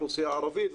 האוכלוסייה הערבית,